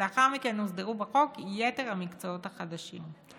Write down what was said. לאחר מכן הוסדרו בחוק יתר המקצועות החדשים.